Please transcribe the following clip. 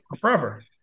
forever